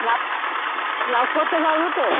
লাভ লাভ করতে পারবো তো